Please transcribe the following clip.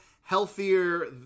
healthier